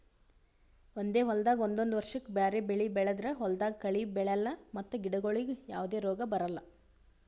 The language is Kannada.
ಒಂದೇ ಹೊಲ್ದಾಗ್ ಒಂದೊಂದ್ ವರ್ಷಕ್ಕ್ ಬ್ಯಾರೆ ಬೆಳಿ ಬೆಳದ್ರ್ ಹೊಲ್ದಾಗ ಕಳಿ ಬೆಳ್ಯಾಲ್ ಮತ್ತ್ ಗಿಡಗೋಳಿಗ್ ಯಾವದೇ ರೋಗ್ ಬರಲ್